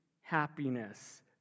happiness